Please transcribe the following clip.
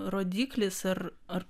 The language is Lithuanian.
rodyklis ar ar